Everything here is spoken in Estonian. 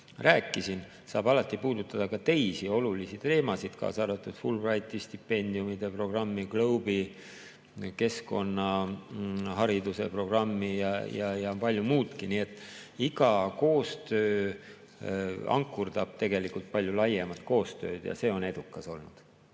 rääkisin – puudutada ka teisi olulisi teemasid, nagu näiteks Fulbrighti stipendiumide programmi, GLOBE-i keskkonnahariduse programmi ja palju muudki. Iga koostöö ankurdab tegelikult palju laiemat koostööd ja see on edukas olnud.